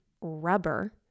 rubber